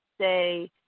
say